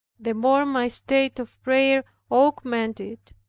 the more my state of prayer augmented,